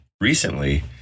recently